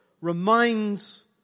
reminds